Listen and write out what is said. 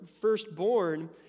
firstborn